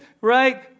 Right